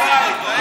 תחזור.